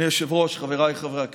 אדוני היושב-ראש, חבריי חברי הכנסת,